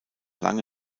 lange